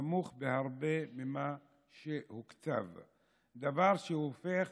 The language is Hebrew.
נמוך בהרבה ממה שהוקצב, דבר שהופך